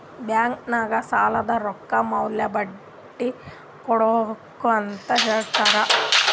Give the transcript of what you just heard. bank ನಾಗ್ ಸಾಲದ್ ರೊಕ್ಕ ಮ್ಯಾಲ ಬಡ್ಡಿ ಕೊಡ್ಬೇಕ್ ಅಂತ್ ಹೇಳ್ತಾರ್